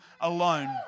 alone